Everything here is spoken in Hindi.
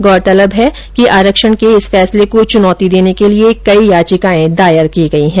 गौरतलब है कि आरक्षण के फैसले को चुर्नौती देने के लिये कई याचिकाएं दायर की गई हैं